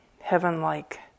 heaven-like